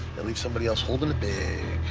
and leave somebody else holding the bag.